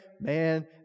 Man